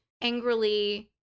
angrily